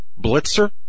Blitzer